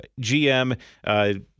GM